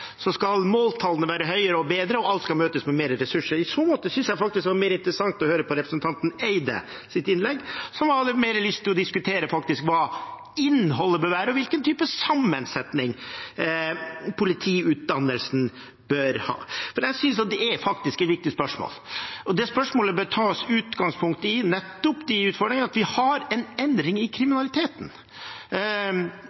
så måte synes jeg det var mer interessant å høre på innlegget fra representanten Eide, som hadde mer lyst til å diskutere hvilket innhold og hvilken type sammensetning politiutdannelsen bør ha. Jeg synes det er et viktig spørsmål. Det spørsmålet bør ta utgangspunkt i nettopp den utfordringen at vi ser endring i